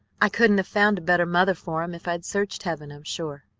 i couldn't have found a better mother for em if i'd searched heaven, i'm sure.